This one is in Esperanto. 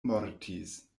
mortis